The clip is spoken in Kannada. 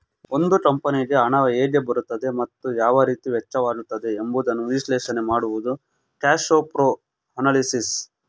ಒಂದು ಕಂಪನಿಗೆ ಹಣ ಹೇಗೆ ಬರುತ್ತದೆ ಮತ್ತು ಯಾವ ರೀತಿ ವೆಚ್ಚವಾಗುತ್ತದೆ ಎಂಬುದನ್ನು ವಿಶ್ಲೇಷಣೆ ಮಾಡುವುದು ಕ್ಯಾಶ್ಪ್ರೋ ಅನಲಿಸಿಸ್